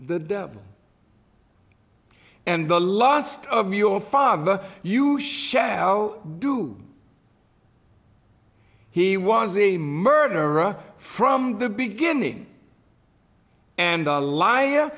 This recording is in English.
the devil and the lost of your father you shall do he was a murderer from the beginning and a li